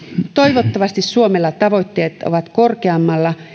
toivottavasti suomella tavoitteet ovat korkeammalla